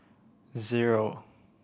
zero